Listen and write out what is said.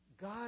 God